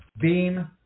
Beam